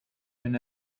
wenn